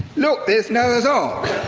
look, there's noah's ark!